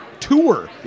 tour